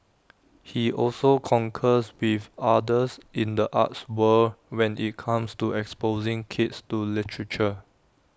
he also concurs with others in the arts world when IT comes to exposing kids to literature